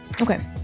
okay